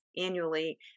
annually